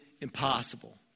impossible